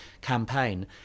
campaign